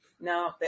No